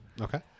Okay